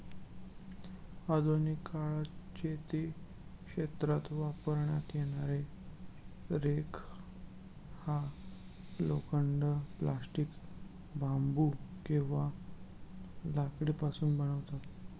आधुनिक काळात शेती क्षेत्रात वापरण्यात येणारा रेक हा लोखंड, प्लास्टिक, बांबू किंवा लाकडापासून बनवतात